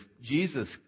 Jesus